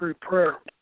prayer